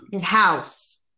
house